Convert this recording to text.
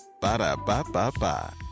Ba-da-ba-ba-ba